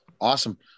awesome